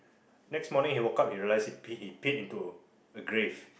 next morning he woke up he realised he pee he peed into a grave